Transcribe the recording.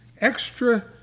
Extra